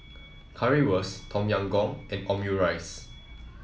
Currywurst Tom Yam Goong and Omurice